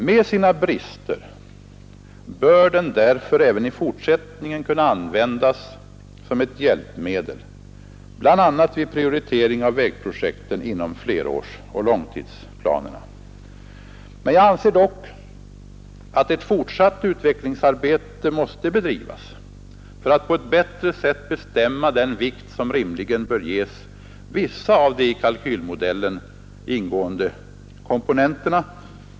Med sina brister bör den därför även i fortsättningen kunna användas som ett hjälpmedel bl.a. vid prioritering av vägprojekt inom flerårsoch långtidsplanerna, men jag anser dock att ett fortsatt utvecklingsarbete måste bedrivas för att på ett bättre sätt bestämma den vikt som rimligen bör ges vissa av de i kalkylmodellen ingående komponenterna.